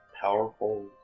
powerful